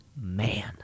man